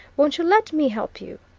won't you let me help you?